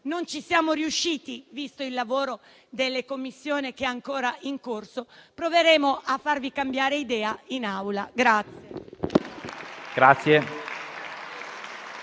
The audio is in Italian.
Non ci siamo riusciti, visto il lavoro delle Commissioni che è ancora in corso. Proveremo a farvi cambiare idea in Aula.